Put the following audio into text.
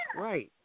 Right